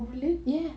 oh really